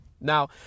Now